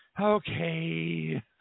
okay